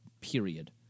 period